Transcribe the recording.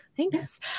Thanks